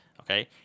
okay